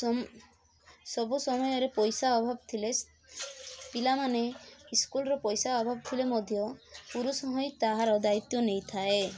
ସବୁ ସମୟରେ ପଇସା ଅଭାବ ଥିଲେ ପିଲାମାନେ ସ୍କୁଲର ପଇସା ଅଭାବ ଥିଲେ ମଧ୍ୟ ପୁରୁଷ ହିଁ ତାହାର ଦାୟିତ୍ୱ ନେଇଥାଏ